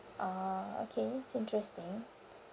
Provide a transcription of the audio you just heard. ah okay it's interesting